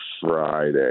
Friday